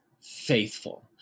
faithful